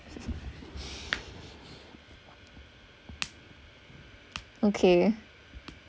okay